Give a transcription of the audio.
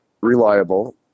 reliable